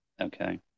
Okay